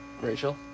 Rachel